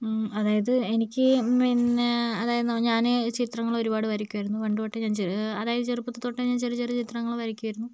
അതായത് എനിക്ക് പിന്നെ അതായതെന്ന് ഞാൻ ചിത്രങ്ങൾ ഒരുപാട് വരയ്ക്കുമായിരുന്നു പണ്ട് തൊട്ടേ ഞാൻ അതായത് ചെറുപ്പത്തിൽ തൊട്ട് ഞാൻ ചെറിയ ചെറിയ ചിത്രങ്ങൾ വരയ്ക്കുമായിരുന്നു